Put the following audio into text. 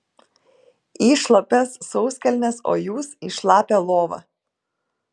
į šlapias sauskelnes o jūs į šlapią lovą